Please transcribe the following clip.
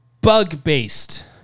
bug-based